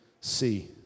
see